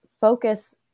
focus